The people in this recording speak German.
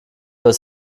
das